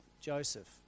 Joseph